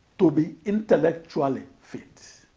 to be intellectually fit.